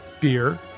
beer